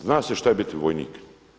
Zna se šta je biti vojnik.